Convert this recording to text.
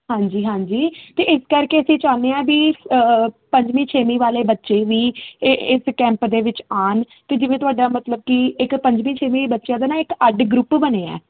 ਹਾਂਜੀ ਹਾਂਜੀ ਤੇ ਇਸ ਕਰਕੇ ਅਸੀਂ ਚਾਹੁੰਦੇ ਆ ਵੀ ਪੰਜਵੀਂ ਛੇਵੀਂ ਵਾਲੇ ਬੱਚੇ ਵੀ ਇਸ ਕੈਂਪ ਦੇ ਵਿੱਚ ਆਣ ਤੇ ਜਿਵੇਂ ਤੁਹਾਡਾ ਮਤਲਬ ਕਿ ਇੱਕ ਪੰਜਵੀਂ ਛੇਵੀਂ ਬੱਚਿਆਂ ਦਾ ਨਾ ਇੱਕ ਅੱਡ ਗਰੁੱਪ ਬਣੇ ਆ